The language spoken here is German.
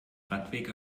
radweg